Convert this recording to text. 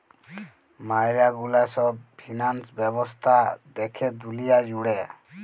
ম্যালা গুলা সব ফিন্যান্স ব্যবস্থা দ্যাখে দুলিয়া জুড়ে